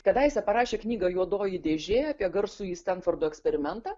kadaise parašė knygą juodoji dėžė apie garsųjį stenfordo eksperimentą